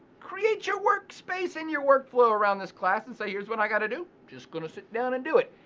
create your workspace and your workflow around this class and say, here's what i gotta do. just gonna sit down and do it.